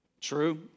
True